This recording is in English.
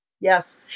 Yes